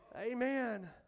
Amen